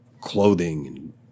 clothing